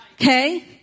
Okay